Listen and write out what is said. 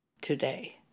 today